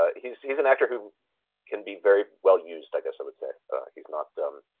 ah he's. he's an actor who can be very well used. i guess i would say he's not. um